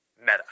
Meta